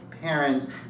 parents